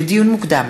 לדיון מוקדם: